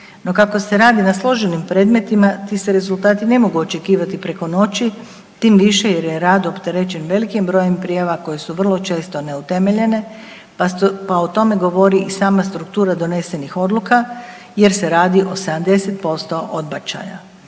No, kako se radi na složenim predmetima, ti se rezultati ne mogu očekivati preko noći, tim više jer je rad opterećen velikim brojem prijava koje su vrlo često neutemeljene pa o tome govori i sama struktura donesenih odluka jer se radi o 70% odbačaja.